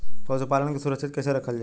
पशुपालन के सुरक्षित कैसे रखल जाई?